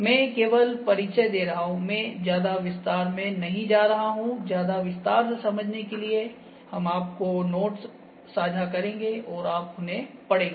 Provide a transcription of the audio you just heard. मैं केवल परिचय दे रहा हूं मैं ज्यादा विस्तार में नहीं जा रहा हूं ज्यादा विस्तार से समझने के लिए हम आपको नोट्स साझा करेंगे और आप उन्हें पढ़ेंगे